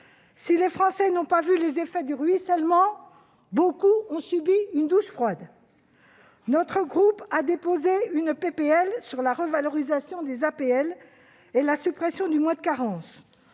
Si les Français n'ont pas vu les effets du ruissellement, beaucoup ont subi une douche froide ! Notre groupe a déposé une proposition de loi sur la revalorisation des APL et la suppression du mois de carence.